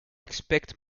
expect